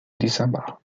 december